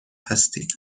هستید